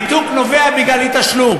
הניתוק נובע מאי-תשלום.